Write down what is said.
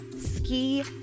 ski